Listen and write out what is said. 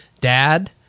dad